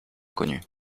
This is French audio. inconnu